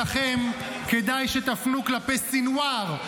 את הלחץ שלכם כדאי שתפנו כלפי סנוואר,